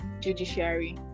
judiciary